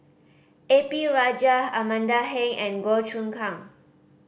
A P Rajah Amanda Heng and Goh Choon Kang